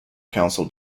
council